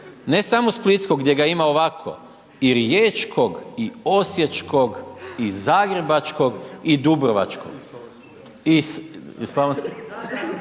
ne samo splitskog gdje ga ima ovako. I riječkog i osječkog i zagrebačkog i dubrovačkog